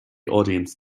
audience